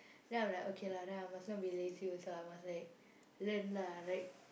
then I'm like okay lah then I must not be lazy also I must like learn lah like